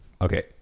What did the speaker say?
Okay